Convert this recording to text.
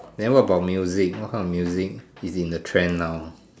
then what about music what kind of music is in the trend now